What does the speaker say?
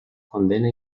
condena